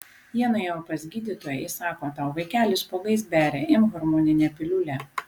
jie nuėjo pas gydytoją ji sako tau vaikeli spuogais beria imk hormoninę piliulę